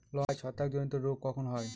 লঙ্কায় ছত্রাক জনিত রোগ কখন হয়?